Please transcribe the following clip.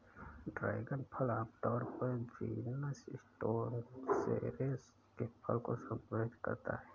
dragon फल आमतौर पर जीनस स्टेनोसेरेस के फल को संदर्भित करता है